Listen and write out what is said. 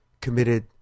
committed